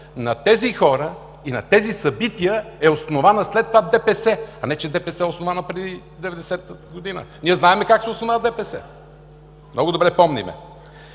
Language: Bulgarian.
на тези хора и на тези събития е основана след това ДПС, а не че ДПС е основана преди 1990 г. Ние знаем как се основа ДПС. Много добре помним!